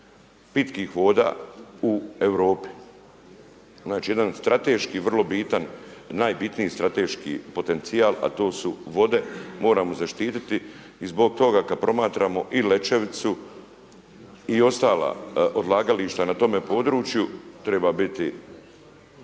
pitkih voda u Europi. Znači jedan strateški vrlo bitan, najbitniji strateški potencijal a to su vode, moramo zaštititi. I zbog toga kada promatramo i Lećeviću i ostala odlagališta na tome području treba biti